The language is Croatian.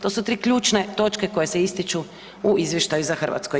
To su tri ključne točke koje se ističu u izvještaju za Hrvatsku.